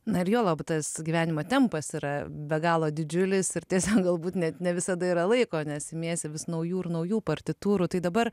na ir juolab tas gyvenimo tempas yra be galo didžiulis ir tiesiog galbūt net ne visada yra laiko nes imiesi vis naujų ir naujų partitūrų tai dabar